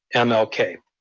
m l k.